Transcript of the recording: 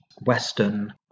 Western